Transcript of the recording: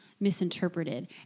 misinterpreted